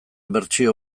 bertsio